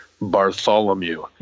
Bartholomew